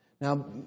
Now